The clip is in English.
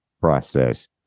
process